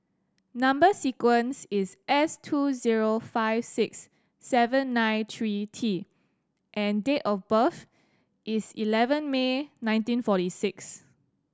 number sequence is S two zero five six seven nine three T and date of birth is eleven May nineteen forty six